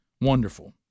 wonderful